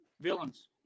Villains